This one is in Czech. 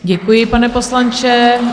Děkuji, pane poslanče.